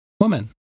woman